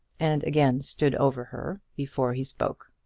and again stood over her, before he spoke.